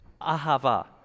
Ahava